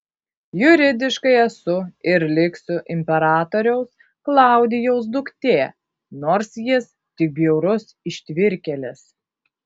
juridiškai esu ir liksiu imperatoriaus klaudijaus duktė nors jis tik bjaurus ištvirkėlis